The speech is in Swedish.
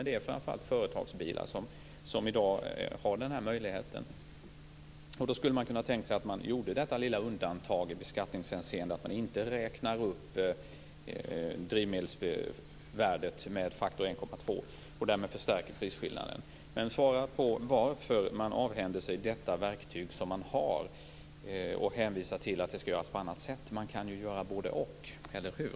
Det är framför allt i företagsbilar som denna möjlighet finns i dag. Då skulle man kunna tänka sig att man gjorde detta lilla undantag i beskattningshänseende, nämligen att man inte räknar upp drivmedelsvärdet med faktor 1,2 och därmed förstärker prisskillnaden. Varför avhänder man sig detta verktyg, som man har, och hänvisar till att det skall göras på annat sätt? Man kan ju göra både-och - eller hur?